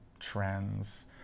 trends